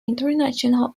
international